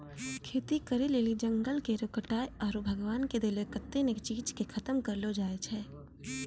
खेती करै लेली जंगल केरो कटाय आरू भगवान के देलो कत्तै ने चीज के खतम करलो जाय छै